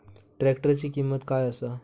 ट्रॅक्टराची किंमत काय आसा?